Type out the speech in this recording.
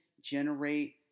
generate